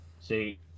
See